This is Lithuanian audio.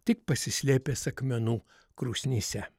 tik pasislėpęs akmenų krūsnyse